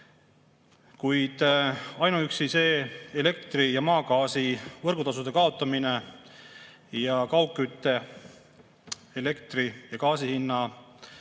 Kuid ainuüksi see – elektri ja maagaasi võrgutasude kaotamine ning kaugkütte, elektri ja gaasi hinnalae